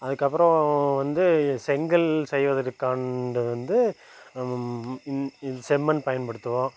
அதுக்கு அப்புறோம் வந்து செங்கல் செய்வதற்கான்டு வந்து இந்த இந்த செம்மண் பயன்படுத்துறோம்